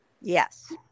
Yes